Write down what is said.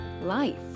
life